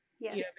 Yes